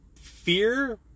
Fear